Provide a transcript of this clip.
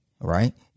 right